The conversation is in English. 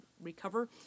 recover